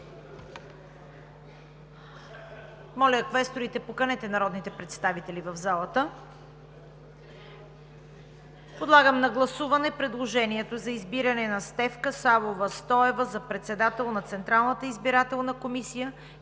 Моля, квесторите, поканете народните представители в залата. Подлагам на гласуване предложението за избиране на Стефка Савова Стоева за председател на Централната избирателна комисия